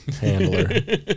Handler